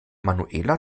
manuela